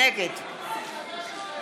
נגד ניר ברקת,